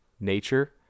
nature